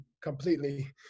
completely